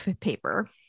paper